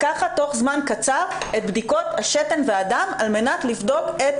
לזה הוא נועד לקחת בתוך זמן קצר את בדיקות השתן והדם על מנת לבדוק את